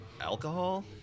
Alcohol